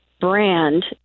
brand